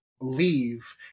leave